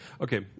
Okay